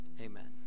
amen